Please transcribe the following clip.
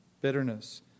bitterness